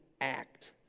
act